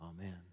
Amen